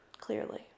Clearly